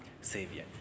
Savior